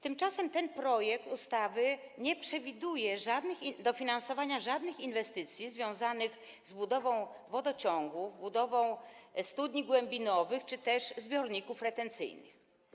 Tymczasem ten projekt ustawy nie przewiduje dofinansowania żadnych inwestycji związanych z budową wodociągów, studni głębinowych czy też zbiorników retencyjnych.